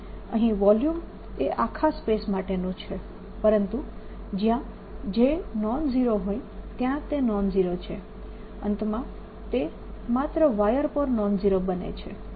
અહીં વોલ્યુમ એ આખા સ્પેસ માટેનું છે પરંતુ જ્યાં J નોન ઝીરો હોય ત્યાં તે નોન ઝીરો છે અંતમાં તે માત્ર વાયર પર નોન ઝીરો બને છે